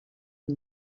une